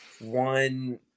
one